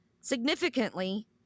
Significantly